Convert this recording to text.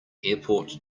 airport